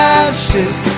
ashes